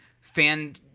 fan